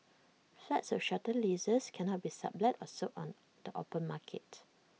flats with shorter leases cannot be sublet or sold on the open market